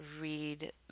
Read